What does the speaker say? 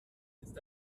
ist